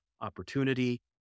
opportunity